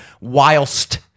whilst